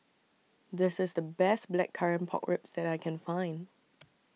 This IS The Best Blackcurrant Pork Ribs that I Can Find